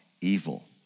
evil